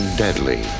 deadly